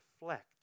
reflect